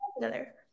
together